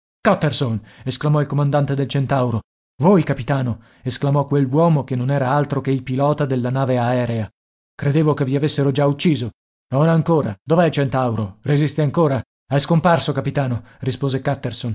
katterson esclamò il comandante del centauro voi capitano esclamò quell'uomo che non era altro che il pilota della nave aerea credevo che vi avessero già ucciso non ancora dov'è il centauro resiste ancora è scomparso capitano rispose